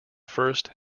first